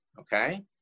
okay